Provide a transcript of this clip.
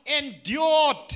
Endured